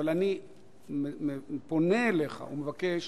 אני פונה אליך ומבקש